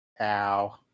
Ow